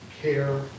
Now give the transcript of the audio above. care